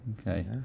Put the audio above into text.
Okay